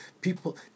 people